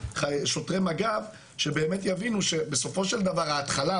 שוטרי מג"ב שבאמת יבינו שבסופו של דבר ההתחלה,